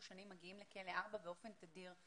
שנים אנחנו מגיעים לכלא 4 באופן תדיר.